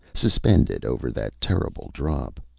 suspended over that terrible drop.